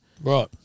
Right